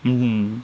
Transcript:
mmhmm